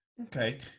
Okay